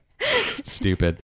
Stupid